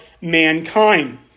mankind